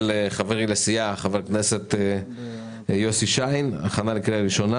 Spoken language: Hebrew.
של חברי לסיעה חבר הכנסת יוסי שיין הכנה לקריאה ראשונה,